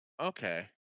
Okay